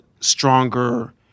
stronger